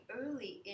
early